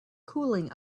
cooling